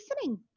listening